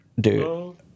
Dude